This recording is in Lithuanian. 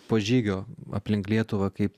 po žygio aplink lietuvą kaip